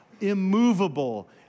immovable